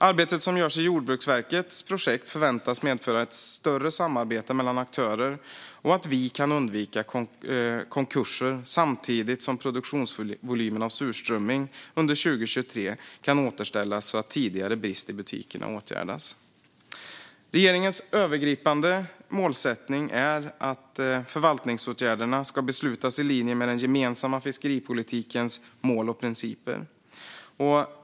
Arbetet inom Jordbruksverkets projekt förväntas medföra ett ökat samarbete mellan aktörer och att vi kan undvika konkurser, samtidigt som produktionsvolymen av surströmming under 2023 kan återställas så att den tidigare bristen i butikerna åtgärdas. Regeringens övergripande målsättning är att förvaltningsåtgärderna ska beslutas i linje med den gemensamma fiskeripolitikens mål och principer.